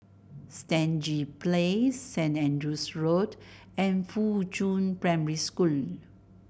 Stangee Place Saint Andrew's Road and Fuchun Primary School